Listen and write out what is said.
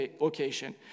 location